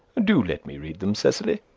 do let me read them, cecily?